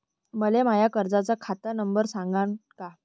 मले माया कर्जाचा खात नंबर सांगान का?